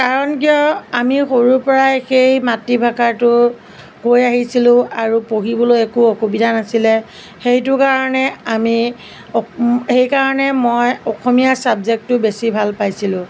কাৰণ কিয় আমি সৰুৰ পৰাই সেই মাতৃভাষাটো কৈ আহিছিলোঁ আৰু পঢ়িবলৈ একো অসুবিধা নাছিলে সেইটো কাৰণে আমি সেইকাৰণে মই অসমীয়া চাবজেক্টটো বেছি ভাল পাইছিলোঁ